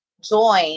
join